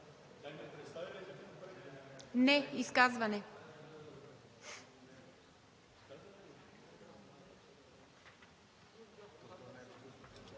Не, изказване.